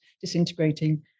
disintegrating